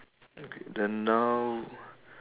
then now